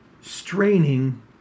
straining